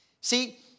See